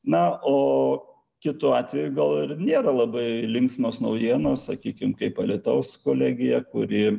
na o kitu atveju gal ir nėra labai linksmos naujienos sakykim kaip alytaus kolegija kuri